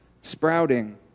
sprouting